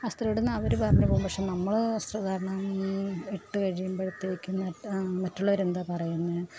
വസ്ത്രമിടുന്ന അവർ പറഞ്ഞുപോവും പക്ഷേ നമ്മൾ വസ്ത്രധാരണം ഇട്ട് കഴിയുമ്പോഴത്തേക്കിന് മറ്റുളവരെന്താ പറയുന്നത്